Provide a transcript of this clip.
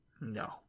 No